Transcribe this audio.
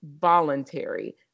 voluntary